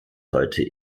heute